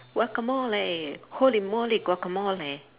guacamole holy moly guacamole